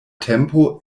tempo